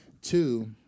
Two